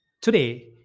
Today